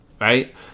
Right